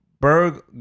Berg